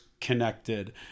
connected